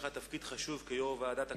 יש לך תפקיד חשוב כיושב-ראש ועדת הכספים: